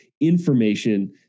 information